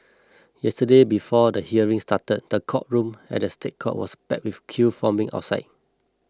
yesterday before the hearing started the courtroom at the State Courts was packed with a queue forming outside